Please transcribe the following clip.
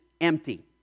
empty